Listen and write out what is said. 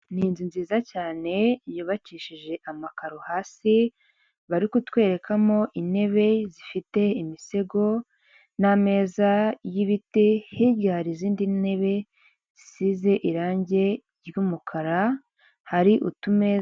Ni inzu nziza cyane yubakishije amakaro hasi, bari kutwerekamo intebe zifite imisego n'ameza y'ibiti, hirya hari izindi ntebe zisize irangi ry'umukara ,hari utumeza...